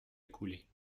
écoulés